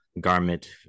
garment